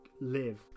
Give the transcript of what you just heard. live